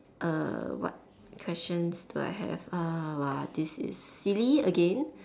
err what questions do I have uh !wah! this is silly again